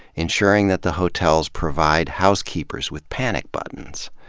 ensuring that the hotels provide housekeepers with panic buttons,